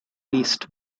least